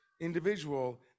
individual